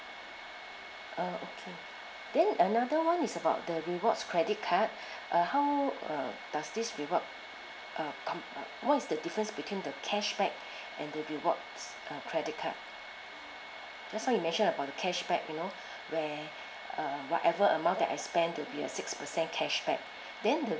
oh okay then another one is about the rewards credit card uh how uh does this reward uh com~ what is the difference between the cashback and the rewards uh credit card just now you mentioned about the cashback you know where uh whatever amount that I spend to be a six percent cashback then the